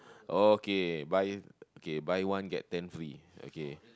okay buy okay buy one get ten free okay